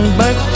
back